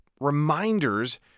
reminders